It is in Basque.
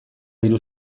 diru